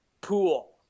pool